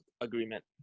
agreement